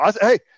Hey